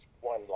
one